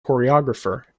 choreographer